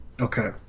Okay